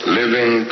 living